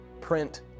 print